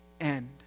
end